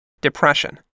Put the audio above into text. depression